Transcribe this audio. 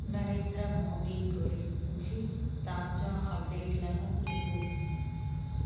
నరేంద్ర మోది గురించి తాజా అప్డేట్లను ఇవ్వు